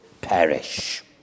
perish